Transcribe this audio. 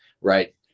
right